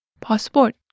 Passport